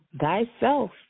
thyself